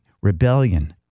rebellion